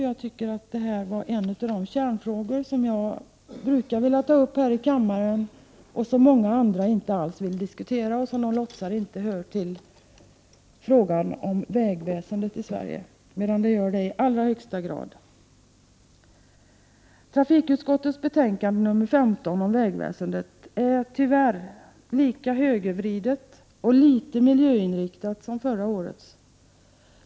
Jag tycker att detta var en av de kärnfrågor som jag brukar vilja ta upp här i kammaren men som många andra inte alls vill diskutera. Man menar ofta att den inte har att göra med frågan om det svenska vägväsendet, men så är i allra högsta grad fallet. Trafikutskottets betänkande nr 15, om vägväsendet, är tyvärr lika högervridet och litet miljöinriktat som förra årets.